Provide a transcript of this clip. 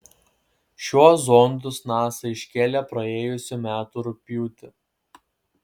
šiuo zondus nasa iškėlė praėjusių metų rugpjūtį